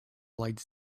lights